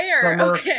summer